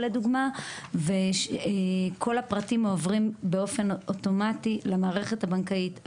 כל הפרטים עוברים באופן אוטומטי למערכת הבנקאית,